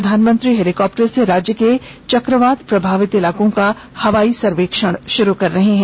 प्रधानमंत्री हेलीकॉप्टर से राज्य के चक्रवात प्रभावित इलाकों का हवाई सर्वेक्षण शुरू कर रहे है